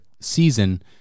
season